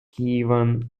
kievan